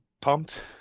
pumped